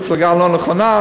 במפלגה הלא-נכונה,